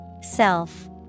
Self